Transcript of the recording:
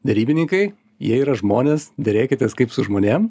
derybininkai jie yra žmonės derėkitės kaip su žmonėm